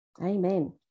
Amen